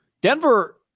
Denver